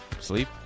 Sleep